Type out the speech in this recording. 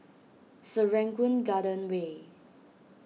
Serangoon Garden Way